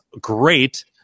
great